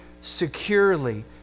securely